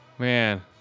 Man